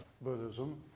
Buddhism